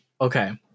okay